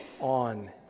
on